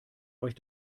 euch